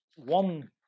One